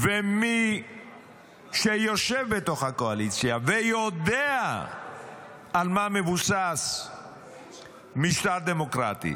ומי שיושב בתוך הקואליציה ויודע על מה מבוסס משטר דמוקרטי